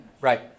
Right